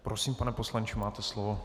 Prosím, pane poslanče, máte slovo.